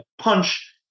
Punch